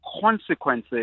consequences